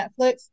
Netflix